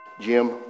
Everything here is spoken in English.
Jim